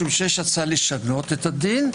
משום שיש הצעה לשנות את הדין,